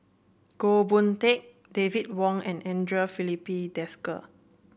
Goh Boon Teck David Wong and Andre Filipe Desker